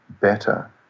better